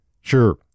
Sure